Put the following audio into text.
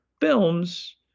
films